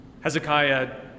Hezekiah